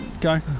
go